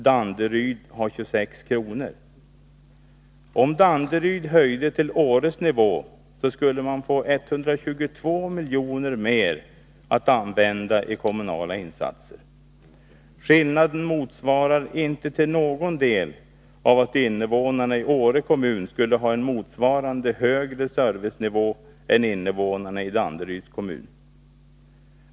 Danderyd har 26:00 kr. Om Danderyd höjde till Åres nivå, skulle man få 122 miljoner mer att använda i kommunala insatser. Skillnaden motsvaras inte till någon del av att innevånarna i Åre kommun skulle ha en motsvarande högre servicenivå än innevånarna i Danderyds kommun.